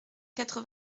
quatre